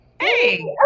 Hey